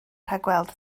rhagweld